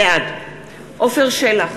בעד עפר שלח,